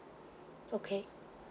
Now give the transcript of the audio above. okay